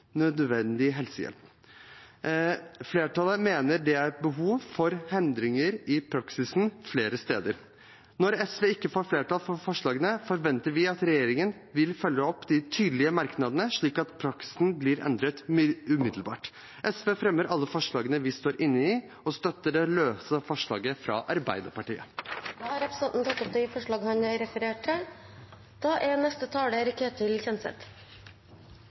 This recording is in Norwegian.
Flertallet mener det er behov for endringer i praksisen flere steder. Når SV ikke får flertall for forslagene, forventer vi at regjeringen vil følge opp de tydelige merknadene, slik at praksisen blir endret umiddelbart. Jeg tar opp alle forslagene SV har fremmet, og vi støtter det løse forslaget fra Arbeiderpartiet. Representanten Nicholas Wilkinson har tatt opp de forslagene han refererte til. Retten til helse er